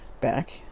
back